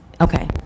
Okay